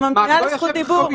אני ממתינה לזכות דיבור.